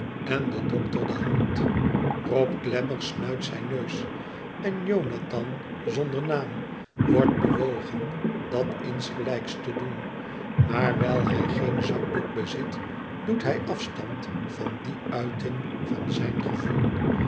en den dokter de hand rob glamour snuit zijn neus en jonathan zonder naam wordt bewogen dat insgelijks te doen maar wijl hij geen zakdoek bezit doet hij afstand van die uiting van zijn gevoel